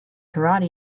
karate